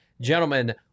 Gentlemen